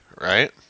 right